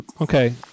okay